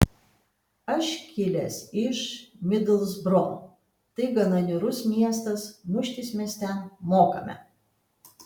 aš kilęs iš midlsbro tai gana niūrus miestas muštis mes ten mokame